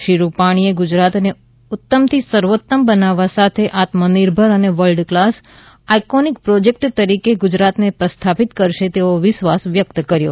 શ્રી રૂપાણીએ ગુજરાતને ઉત્તમ થી સર્વોત્તમ બનાવવા સાથે આત્મનિર્ભર અને વર્લ્ડ ક્લાસ આઇકોનિક પ્રોજેક્ટ તરીકે ગુજરાતને પ્રસ્થાપિત કરશે તેવો વિશ્વાસ વ્યક્ત કર્યો